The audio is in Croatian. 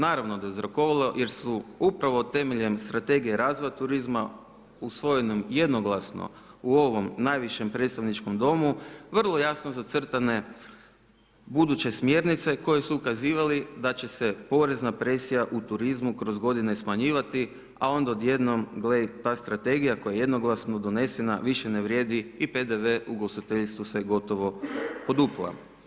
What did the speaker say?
Naravno da je uzrokovalo jer su upravo temeljem Strategije razvoja turizma usvojenom jednoglasno u ovom najvišem predstavničkom domu vrlo jasno zacrtane buduće smjernice koje su ukazivale da će se porezna presija u turizmu kroz godine smanjivati, a onda odjednom gle ta strategija koja je jednoglasno donesena više ne vrijedi i PDV-e u ugostiteljstvu se gotovo poduplao.